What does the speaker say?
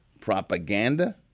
propaganda